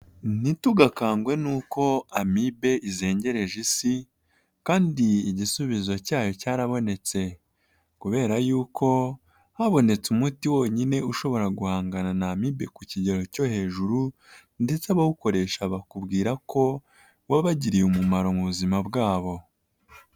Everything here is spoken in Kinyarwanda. Ntitugakangwe nuko amibe izengereje isi kandi igisubizo cyayo cyarabonetse kubera y'uko habonetse umuti wonyine ushobora guhangana n'amibe ku kigero cyo hejuru ndetse abawukoresha bakubwira ko wabagiriye umumaro mu buzima bwabo